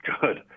good